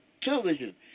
television